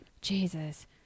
Jesus